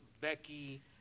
Becky